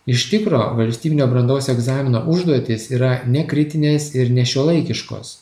iš tikro valstybinio brandos egzamino užduotys yra nekritinės ir nešiuolaikiškos